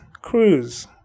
cruise